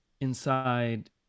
inside